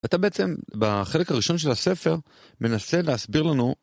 אתה בעצם בחלק הראשון של הספר מנסה להסביר לנו